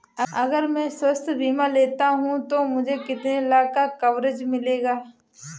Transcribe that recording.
अगर मैं स्वास्थ्य बीमा लेता हूं तो मुझे कितने लाख का कवरेज मिलेगा?